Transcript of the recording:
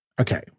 Okay